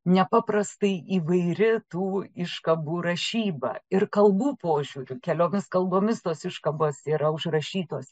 nepaprastai įvairi tų iškabų rašyba ir kalbų požiūriu keliomis kalbomis tos iškabos yra užrašytos